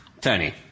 Tony